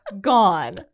gone